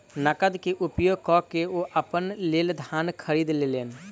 नकद के उपयोग कअ के ओ अपना लेल धान खरीद लेलैन